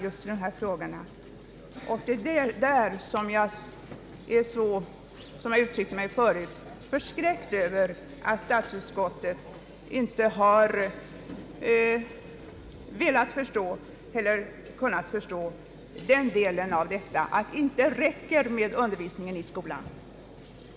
Det är i detta avseende jag är så, som jag uttryckte mig förut, förskräckt över att statsutskottet inte har velat eller kunnat förstå att det inte räcker med undervisning i skolan; där bör grunden läggas, men uppföljningen måste ske senare och i andra former.